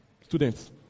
students